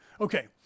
Okay